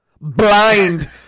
Blind